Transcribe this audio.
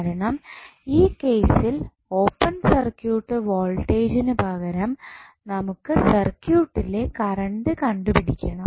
കാരണം ഈ കേസിൽ ഓപ്പൺ സർക്യൂട്ട് വോൾട്ടേജ്നു പകരം നമുക്ക് സർക്യൂട്ടിലെ കറണ്ട് കണ്ടുപിടിക്കണം